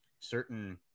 certain